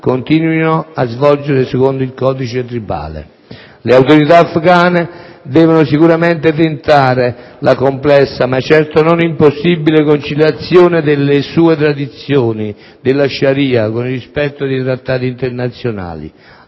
continuino a svolgersi secondo il codice tribale. Le autorità afgane devono sicuramente tentare la complessa (ma certo non impossibile) conciliazione delle sue tradizioni, della *sharia*, con il rispetto dei trattati internazionali.